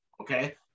okay